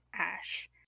ash